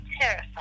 terrified